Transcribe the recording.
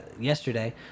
yesterday